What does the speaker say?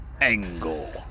Angle